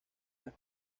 las